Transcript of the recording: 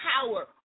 power